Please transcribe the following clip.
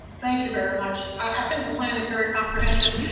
thank you very much. i think the plan is very comprehensive.